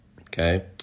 Okay